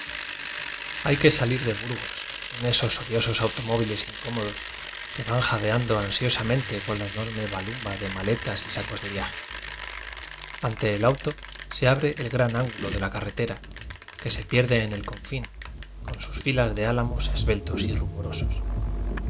ay que salir de burgos en esos odiosos automóviles incómodos que van jadeando ansiosamente con la enorme balumba de maletas y sacos de viaje ante el auto se abre el gran ángulo de la carretera que se pierde en el confín con sus filas de álamos esbeltos y rumorosos